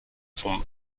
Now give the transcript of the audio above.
vom